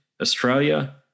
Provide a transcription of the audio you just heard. Australia